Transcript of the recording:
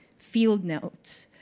field notes,